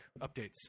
updates